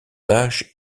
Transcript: âge